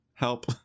help